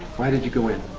why did you go in?